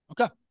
Okay